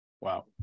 Wow